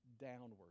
downward